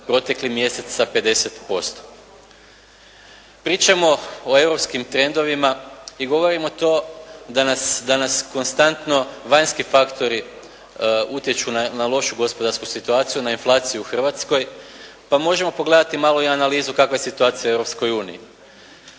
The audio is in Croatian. protekli mjesec sa 50%. Pričamo o europskim trendovima i govorimo to da nas konstantno vanjski faktori utječu na lošu gospodarsku situaciju, na inflaciju u Hrvatskoj pa možemo pogledati malo i analizu kakva je situacija u